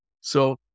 So-